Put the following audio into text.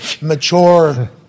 mature